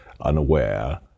unaware